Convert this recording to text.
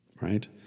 right